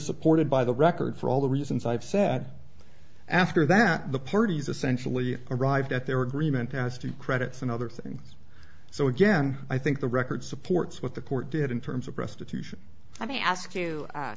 supported by the record for all the reasons i've said after that the parties essentially arrived at their agreement as to credits and other things so again i think the record supports what the court did in terms of restitution i may ask you